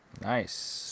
Nice